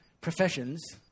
professions